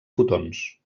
fotons